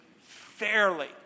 fairly